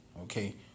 Okay